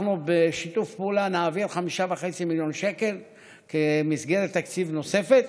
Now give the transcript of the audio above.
אנחנו בשיתוף פעולה נעביר 5.5 מיליון שקל כמסגרת תקציב נוספת,